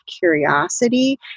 curiosity